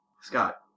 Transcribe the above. Scott